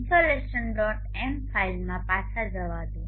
m ફાઇલમાં પાછા જવા દો